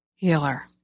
Healer